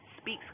speaks